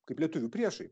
kaip lietuvių priešai